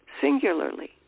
singularly